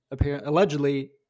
allegedly